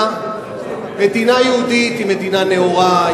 מדינה יהודית היא מדינה נאורה,